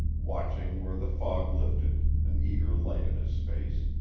watching where the fog lifted, an eager light in his face,